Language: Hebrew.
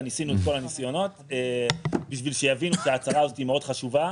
ניסינו את כל הניסיונות בשביל שיבינו שההצהרה הזאת היא מאוד חשובה,